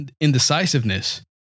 indecisiveness